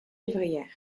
vivrières